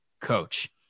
coach